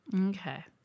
Okay